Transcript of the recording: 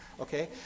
Okay